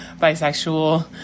bisexual